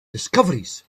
discoveries